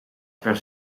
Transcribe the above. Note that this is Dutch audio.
per